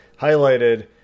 highlighted